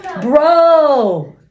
bro